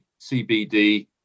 CBD